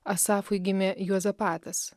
asafui gimė juozapatas